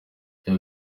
iya